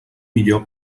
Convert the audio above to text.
millor